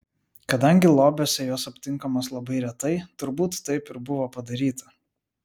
kadangi lobiuose jos aptinkamos labai retai turbūt taip ir buvo padaryta